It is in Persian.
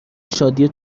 شادی